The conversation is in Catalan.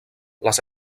les